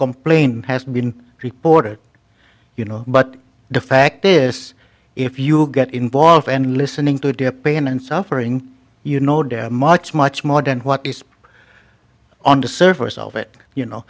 complain has been reported you know but the fact is if you get involved and listening to their pain and suffering you know do much much more than what is on the surface of it you know